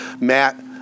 Matt